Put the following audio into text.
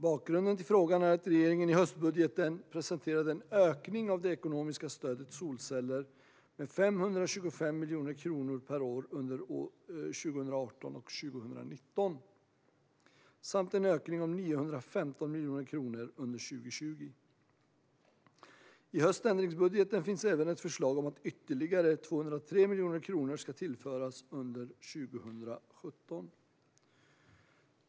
Bakgrunden till frågan är att regeringen i höstbudgeten presenterade en ökning av det ekonomiska stödet till solceller med 525 miljoner kronor per år under 2018 och 2019 samt en ökning om 915 miljoner kronor under 2020. I höständringsbudgeten finns även ett förslag om att ytterligare 203 miljoner kronor ska tillföras under 2017.